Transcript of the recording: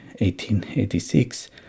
1886